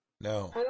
No